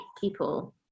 people